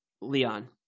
Leon